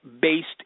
based